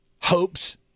hopes